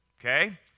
okay